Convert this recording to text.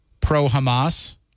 pro-Hamas